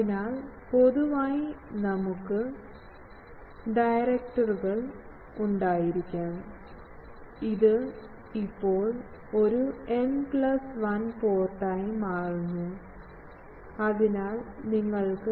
അതിനാൽ പൊതുവായി നമുക്ക് n ഡയറക്ടർ കൾ ഉണ്ടായിരിക്കാം ഇത് ഇപ്പോൾ ഒരു n പ്ലസ് 1 പോർട്ടായി മാറുന്നു അതിനാൽ നിങ്ങൾക്ക്